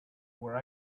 where